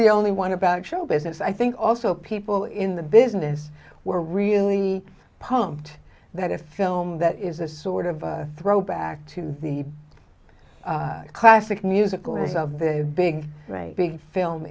the only one about showbusiness i think also people in the business were really pumped that a film that is a sort of throwback to the classic musical is of the big big film